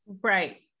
Right